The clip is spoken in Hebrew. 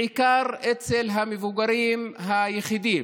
בעיקר אצל המבוגרים היחידים,